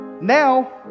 now